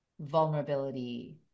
vulnerability